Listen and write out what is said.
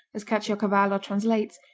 as caciocavallo translates,